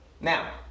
Now